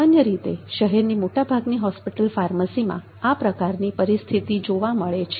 સામાન્ય રીતે શહેરની મોટાભાગની હોસ્પિટલ ફાર્મસીમાં આ પ્રકારની પરિસ્થિતિ જોવા મળે છે